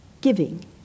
giving